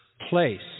place